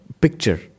picture